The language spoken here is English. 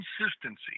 consistency